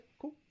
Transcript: cool